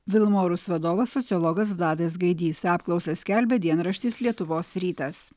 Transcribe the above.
vilmorus vadovas sociologas vladas gaidys apklausą skelbia dienraštis lietuvos rytas